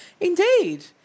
Indeed